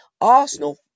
Arsenal